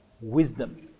wisdom